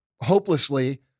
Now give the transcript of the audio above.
hopelessly